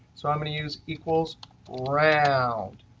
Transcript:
so i want to use equals round.